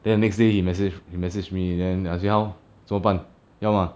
then the next day he message he message me then I say how 怎么办要吗